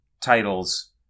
titles